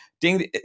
Ding